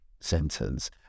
sentence